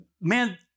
man